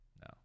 No